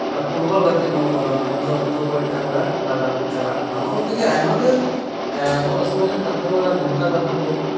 football ᱜᱟᱛᱮᱜ ᱨᱮᱱᱟᱜ ᱩᱫᱟᱦᱚᱨᱚᱱ ᱡᱟᱦᱟᱸ ᱫᱚ ᱟᱯᱮ ᱫᱚ ᱜᱚᱡ ᱰᱟᱝᱨᱟ ᱞᱟᱜᱟ ᱯᱮ ᱪᱟᱞᱟᱜ ᱠᱟᱱᱟ ᱱᱚᱜᱼᱚ ᱱᱚᱝᱠᱟ ᱜᱮ ᱟᱭᱢᱟ ᱰᱷᱮᱨ ᱟᱵᱚᱣᱟᱜ ᱥᱚᱢᱟᱡ ᱨᱮ ᱠᱟᱛᱷᱟ ᱠᱚ ᱢᱮᱱᱟᱜᱼᱟ ᱵᱷᱮᱱᱛᱟ ᱠᱟᱛᱷᱟ ᱠᱚ